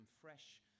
fresh